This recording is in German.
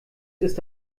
ist